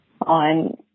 on